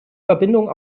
verbindung